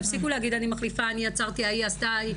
תפסיקו להגיד: אני מחליפה, אני יצרתי, ההיא עשתה.